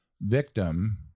victim